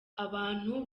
abantu